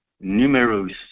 numerous